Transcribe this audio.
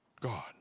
God